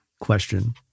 question